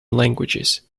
languages